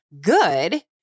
good